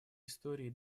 истории